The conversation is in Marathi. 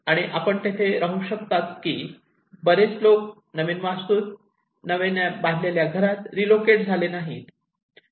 आणि आपण येथे पाहू शकता की बरेच लोक नवीन वास्तूत नव्याने बांधलेल्या घरात रीलोकेट झाले नाहीत